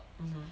mm